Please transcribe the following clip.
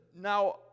now